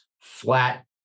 flat